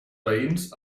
veïns